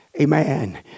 Amen